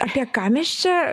apie ką mes čia